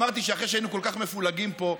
אמרתי שאחרי שהיינו כל כך מפולגים פה,